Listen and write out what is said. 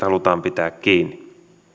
halutaan pitää kiinni